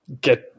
get